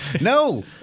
No